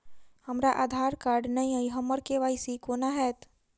हमरा आधार कार्ड नै अई हम्मर के.वाई.सी कोना हैत?